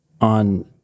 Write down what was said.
on